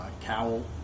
cowl